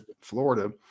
Florida